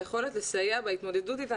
היכולת לסייע בהתמודדות אתן,